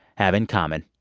have in common.